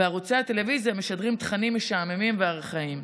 וערוצי הטלוויזיה משדרים תכנים משעממים וארכאיים.